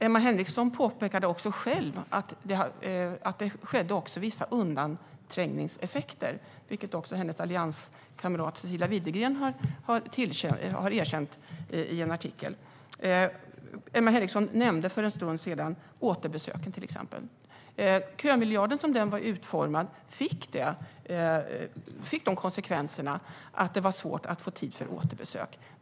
Emma Henriksson påpekade också själv att det fanns vissa undanträngningseffekter, vilket också hennes allianskamrat Cecilia Widegren har erkänt i en artikel. Emma Henriksson nämnde för en stund sedan återbesöken, till exempel. Kömiljarden, som den var utformad, fick konsekvensen att det var svårt att få tid för återbesök.